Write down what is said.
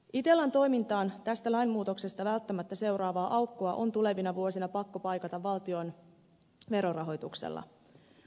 itellan toimintaan tästä lainmuutoksesta välttämättä seuraavaa aukkoa on tulevina vuosina pakko paikata valtion verorahoituksella